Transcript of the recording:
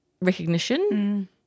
recognition